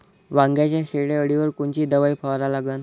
वांग्याच्या शेंडी अळीवर कोनची दवाई फवारा लागन?